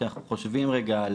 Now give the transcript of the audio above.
כשאנחנו חושבים רגע,